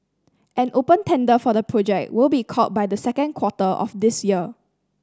an open tender for the project will be called by the second quarter of this year